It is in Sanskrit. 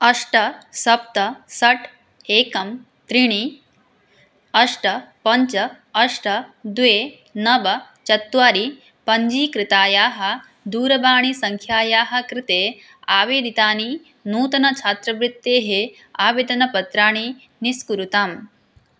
अष्ट सप्त षट् एकं त्रीणि अष्ट पञ्च अष्ट द्वे नव चत्वारि पञ्जीकृतायाः दूरवाणीसङ्ख्यायाः कृते आवेदितानि नूतनछात्रवृत्तेः आवेदनपत्राणि निष्कुरुताम्